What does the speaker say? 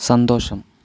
സന്തോഷം